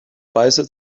reise